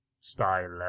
style